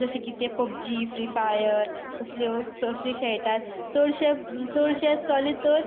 जशें की ते पबजी फ्री फायर तसल्यो तसले खेळटात चडशे चडशे चले तर